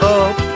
up